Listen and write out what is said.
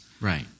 Right